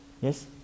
Yes